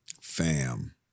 Fam